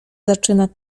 zaczyna